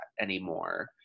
anymore